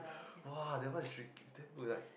!wah! that one is rea~ damn good like